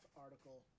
article